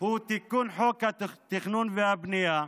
הוא תיקון חוק התכנון והבנייה,